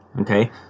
okay